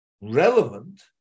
relevant